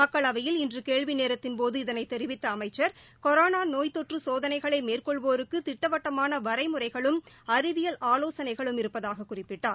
மக்களவையில் இன்று கேள்வி நேரத்தின்போது இதனைத் தெரிவித்த அமைச்சர் கொரோனா நோய்த்தொற்று சோதனைகளை மேற்கொள்வோருக்கு திட்டவட்டமான வரைமுறைகளும் அறிவியல் ஆலோசனைகளும் இருப்பதாக குறிப்பிட்டார்